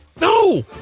No